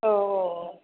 औ औ औ